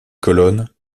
colonnes